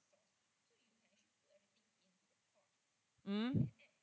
mm